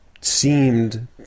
seemed